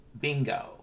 bingo